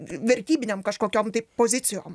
vertybinėm kažkokiom tai pozicijom